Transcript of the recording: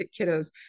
kiddos